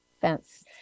fence